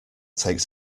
takes